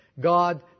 God